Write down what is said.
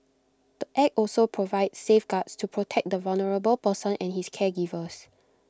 the act also provides safeguards to protect the vulnerable person and his caregivers